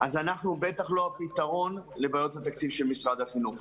אז אנחנו בטח לא הפתרון לבעיות התקציב של משרד החינוך.